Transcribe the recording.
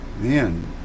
man